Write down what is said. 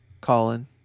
Colin